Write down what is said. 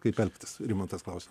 kaip elgtis rimantas klausia